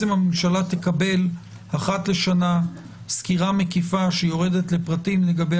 הממשלה תקבל אחת לשנה סקירה מקיפה שיורדת לפרטים לגבי